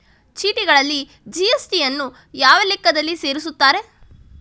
ಚೀಟಿಗಳಲ್ಲಿ ಜಿ.ಎಸ್.ಟಿ ಯನ್ನು ಯಾವ ಲೆಕ್ಕದಲ್ಲಿ ಸೇರಿಸುತ್ತಾರೆ?